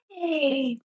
Hey